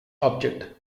object